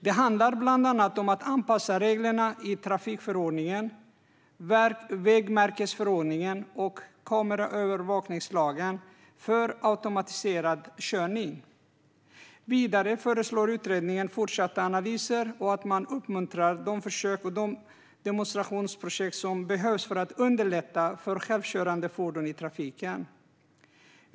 Det handlar bland annat om att anpassa reglerna i trafikförordningen, vägmärkesförordningen och kameraövervakningslagen för automatiserad körning. Vidare föreslår utredningen fortsatta analyser och att man uppmuntrar de försök och demonstrationsprojekt som behövs för att underlätta för självkörande fordon i trafiken.